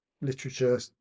literature